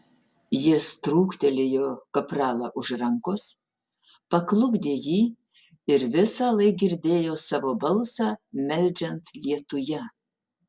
jis trūktelėjo kapralą už rankos paklupdė jį ir visąlaik girdėjo savo balsą meldžiant lietuje